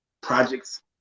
projects